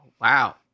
Wow